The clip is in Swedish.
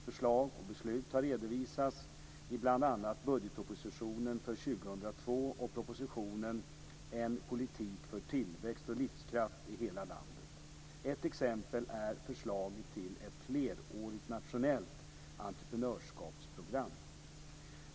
Förslag och beslut har redovisats i bl.a. budgetpropositionen för 2002 och propositionen En politik för tillväxt och livskraft i hela landet, proposition 2001/02:4. Ett exempel är förslaget till ett flerårigt nationellt entreprenörskapsprogram.